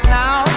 now